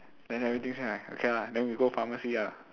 then everything same ah okay lah then we go pharmacy ah